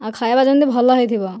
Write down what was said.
ଆଉ ଖାଇବା ଯେମିତି ଭଲ ହୋଇଥିବ